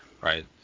Right